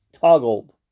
toggled